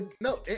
no